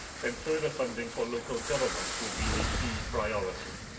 then further funding for local government would be a key priority.